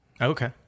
Okay